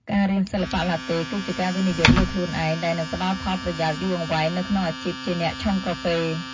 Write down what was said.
ការរៀនសិល្បៈឡាតេ គឺជាការវិនិយោគលើខ្លួនឯងដែលនឹងផ្តល់ផលប្រយោជន៍យូរអង្វែងនៅក្នុងអាជីពជាអ្នកឆុងកាហ្វេ។